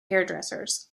hairdressers